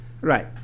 right